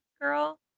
girl